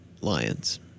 Lions